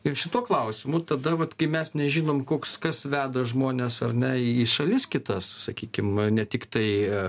ir šituo klausimu tada vat kai mes nežinom koks kas veda žmones ar ne į šalis kitas sakykim ne tik tai